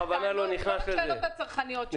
הטענות ואת כל השאלות הצרכניות שלי.